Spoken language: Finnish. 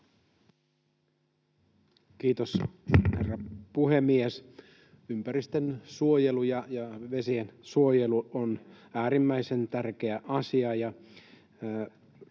Kiitos, herra puhemies! Ympäristönsuojelu ja vesiensuojelu ovat äärimmäisen tärkeitä asioita.